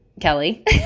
Kelly